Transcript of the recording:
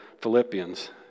Philippians